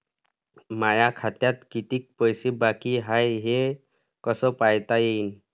माया खात्यात कितीक पैसे बाकी हाय हे कस पायता येईन?